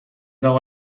dago